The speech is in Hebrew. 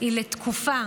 היא לתקופה